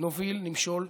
נוביל, נמשול,